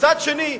ומצד שני,